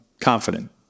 confident